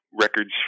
records